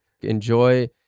Enjoy